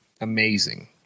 Amazing